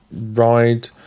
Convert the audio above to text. ride